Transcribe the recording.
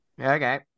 Okay